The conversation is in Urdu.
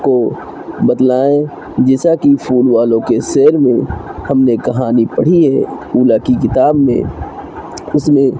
کو بتلائیں جیسا کہ پھول والوں کے سیر میں ہم نے کہانی پڑھی ہے اولیٰ کی کتاب میں اس میں